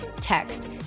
text